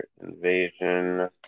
Invasion